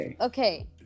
okay